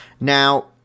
Now